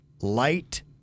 light